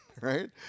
right